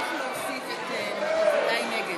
להעביר את הצעת חוק הביטוח הלאומי (תיקון,